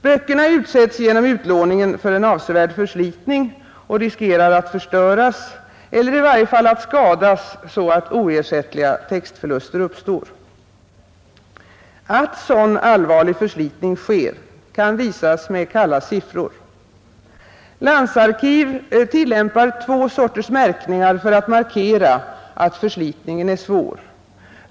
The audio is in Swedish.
Böckerna utsätts genom utlåningen för en avsevärd förslitning och riskerar att förstöras eller i varje fall skadas så att oersättliga textförluster uppstår. Att sådan allvarlig förslitning sker kan visas med kalla siffror. Landsarkiv tillämpar två sorters märkningar för att markera att förslitningen är svår.